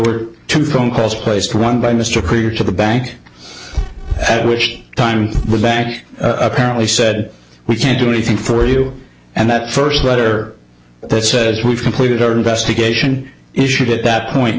were two phone calls placed one by mr krieger to the bank at which time the bank apparently said we can't do anything for you and that first letter that says we've completed our investigation issued at that point